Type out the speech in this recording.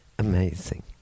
amazing